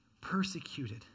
persecuted